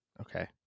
Okay